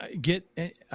get